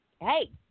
Hey